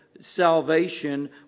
salvation